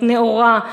נאורה,